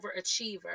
overachiever